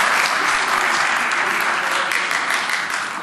(מחיאות כפיים)